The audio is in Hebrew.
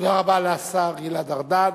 תודה רבה לשר גלעד ארדן.